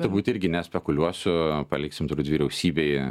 turbūt irgi nespekuliuosiu paliksim turbūt vyriausybei